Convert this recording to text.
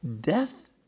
death